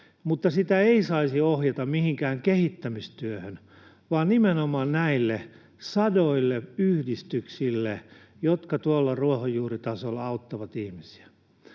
mutta sitä ei saisi ohjata mihinkään kehittämistyöhön vaan nimenomaan näille sadoille yhdistyksille, jotka tuolla ruohonjuuritasolla auttavat ihmisiä.